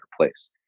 place